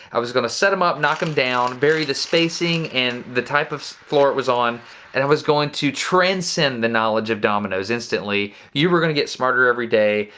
i was gonna set em up knock em down, vary the spacing and the type of floor it was on and i was going to transcend the knowledge of dominoes instantly, you were gonna get smarter every day,